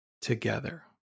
together